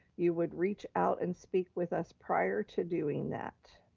you would reach out and speak with us prior to doing that,